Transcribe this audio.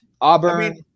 Auburn